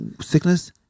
sickness